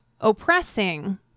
oppressing